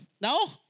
No